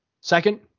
Second